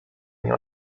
nie